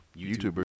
youtubers